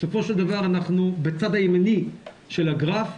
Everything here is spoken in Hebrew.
בסופו של דבר אנחנו בצד הימני של הגרף,